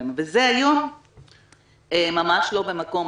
וזה היום ממש לא במקום,